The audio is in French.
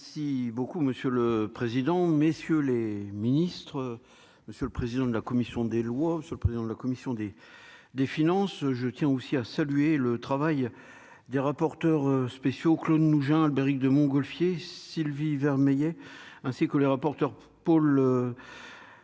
Merci beaucoup monsieur le président, messieurs les ministres, monsieur le président de la commission des lois sur le président de la commission des des finances je tiens aussi à saluer le travail des rapporteurs spéciaux Claude nous Mougin Albéric de Montgolfier, Sylvie Vermeillet, ainsi que les rapporteurs, Paul Paul